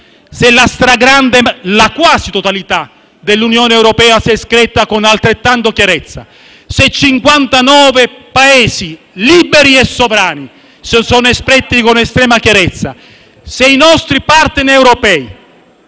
la quasi totalità dell'Unione europea si è espressa con altrettanta chiarezza; 59 Paesi liberi e sovrani si sono espressi con estrema chiarezza, i nostri *partner* europei,